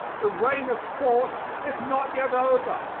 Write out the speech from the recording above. the reign of force is not yet over,